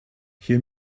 hier